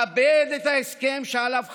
כבד את ההסכם שעליו חתמת.